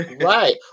Right